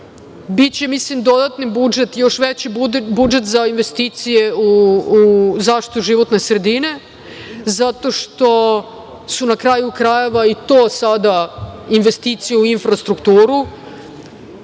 Biće, mislim, dodatni budžet, još veći budžet za investicije u zaštitu životne sredine zato što su na kraju krajeva i to sada investicije i infrastrukturu,